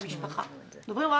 זאת אומרת שאם הוא רוצה ללכת לרופא